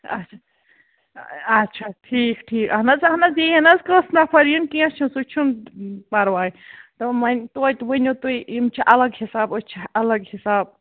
اَچھا اَچھا ٹھیٖک ٹھیٖک اَہَن حظ اَہَن حظ یِیِن حظ کٔژ نَفَر یِن کیٚنٛہہ چھُنہٕ سُہ چھُنہٕ پَرواے تہٕ وۅنۍ توتہِ ؤنِو تُہۍ یِم چھِ الگ حِساب أسۍ چھِ الگ حِساب